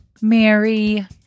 Mary